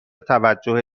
توجه